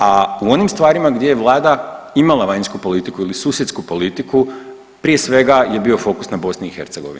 A u onim stvarima gdje je vlada imala vanjsku politiku ili susjedsku politiku prije svega je bio fokus na BiH.